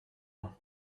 ans